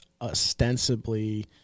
ostensibly